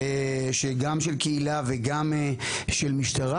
גם של קהילה וגם של משטרה,